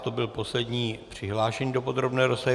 To byl poslední přihlášený do podrobné rozpravy.